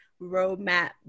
Roadmap